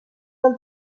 del